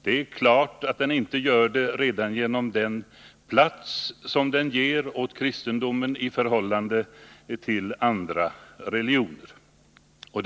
Det är redan genom den plats som den ger åt kristendomen i förhållande till andra religioner klart att den inte gör det.